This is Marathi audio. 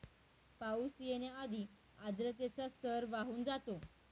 पाऊस येण्याआधी आर्द्रतेचा स्तर वाढून जातो